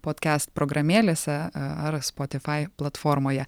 podkest programėlėse ar spotifai platformoje